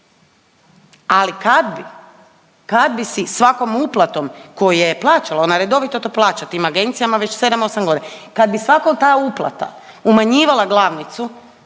Ali kad bi, kad bi si svakom uplatom koju je plaćala, ona redovito to plaća tim agencijama već 7, 8 godina, kad bi svaka ta uplata umanjivala glavnicu,